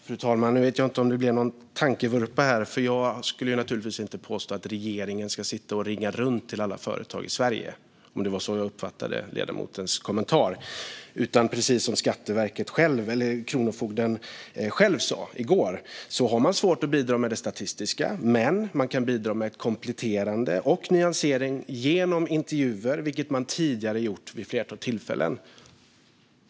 Fru talman! Jag vet inte om det blev någon tankevurpa här. Jag påstår naturligtvis inte att regeringen ska sitta och ringa runt till alla företag i Sverige, men så uppfattade jag ledamotens kommentar. Precis som kronofogden själv sa i går har man svårt att bidra med det statistiska, men man kan bidra med kompletterande och med nyansering genom intervjuer, vilket man tidigare har gjort vid ett flertal tillfällen.